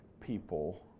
people